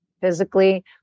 physically